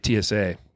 TSA